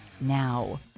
Now